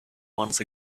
once